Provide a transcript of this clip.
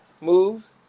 moves